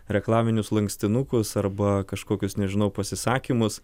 reklaminius lankstinukus arba kažkokius nežinau pasisakymus